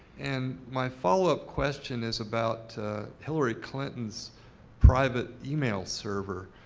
and my follow up question is about hillary clinton's private email server.